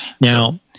Now